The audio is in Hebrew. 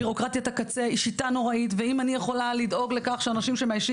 ביורוקרטיה היא שיטה נוראית ואם אני יכולה לדאוג שאנשים שמאיישים